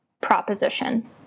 proposition